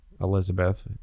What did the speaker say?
Elizabeth